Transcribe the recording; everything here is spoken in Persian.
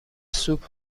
سوپ